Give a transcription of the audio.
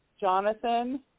Jonathan